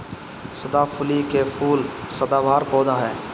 सदाफुली के फूल सदाबहार पौधा ह